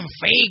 fake